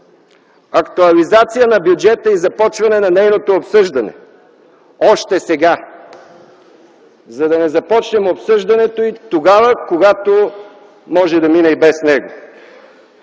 Актуализация на бюджета и започване на нейното обсъждане още сега, за да не започнем обсъждането й тогава, когато може да мине и без нея.